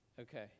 Okay